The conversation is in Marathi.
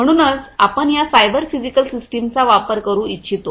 म्हणूनच आपण या सायबर फिजिकल सिस्टीमचा वापर करू इच्छितो